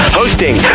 hosting